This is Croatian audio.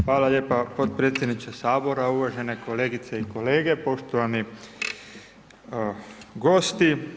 Hvala lijepa potpredsjedniče Sabora, uvažene kolegice i kolege, poštovani gosti.